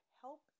help